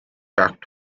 back